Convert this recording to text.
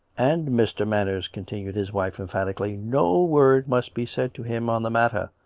and, mr. manners, continued his wife emphatically, no word must be said to him on the matter.